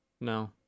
No